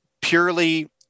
purely